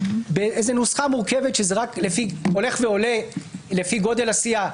בנוסחה מורכבת שזה הולך ועולה לפי גודל הסיעה,